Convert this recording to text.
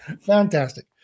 Fantastic